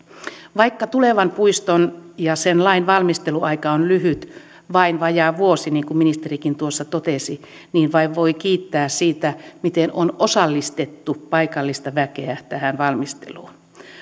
vaikka tulevan puiston ja sen lain valmisteluaika on lyhyt vain vajaa vuosi niin kuin ministerikin tuossa totesi niin vain voi kiittää siitä miten on osallistettu paikallista väkeä tähän valmisteluun